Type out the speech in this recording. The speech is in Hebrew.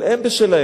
אבל הם בשלהם.